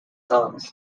songs